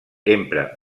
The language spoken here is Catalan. empra